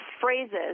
phrases